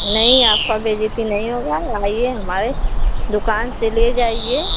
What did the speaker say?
नहीं आपका बेईज़्जती नहीं होगा आएं हमारे दुकान से ले जाएं